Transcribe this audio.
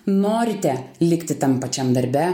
norite likti tam pačiam darbe